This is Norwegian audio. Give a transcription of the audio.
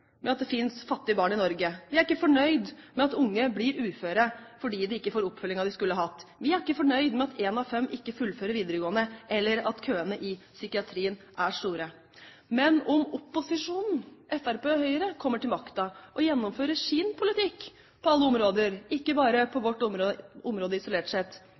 med at det finnes fattige barn i Norge. Vi er ikke fornøyd med at unge blir uføre fordi de ikke får den oppfølgingen de skulle hatt. Vi er ikke fornøyd med at én av fem ikke fullfører videregående skole, eller at køene i psykiatrien er lange. Men hvis opposisjonen – Fremskrittspartiet og Høyre – kommer til makten og gjennomfører sin politikk på alle områder, ikke bare på vårt område isolert sett,